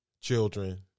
children